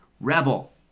rebel